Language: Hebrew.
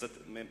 והוא